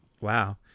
Wow